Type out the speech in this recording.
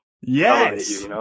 Yes